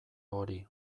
hori